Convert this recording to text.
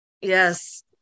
Yes